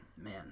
man